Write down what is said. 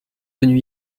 venu